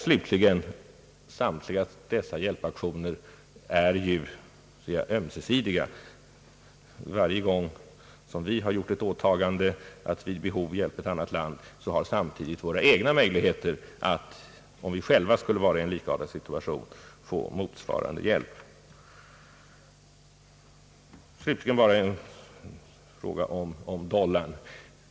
Samtliga dessa hjälpaktioner är ju ömsesidiga. Varje gång vi gjort ett åtagande att vid behov hjälpa ett annat land har samtidigt våra egna möjligheter att få motsvarande hjälp, om vi själva skulle råka i en likartad situation, garderats. Slutligen bara en fråga om dollarn.